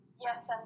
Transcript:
Yes